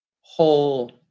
whole